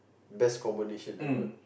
best combination ever